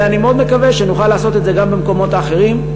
ואני מאוד מקווה שנוכל לעשות את זה גם במקומות האחרים.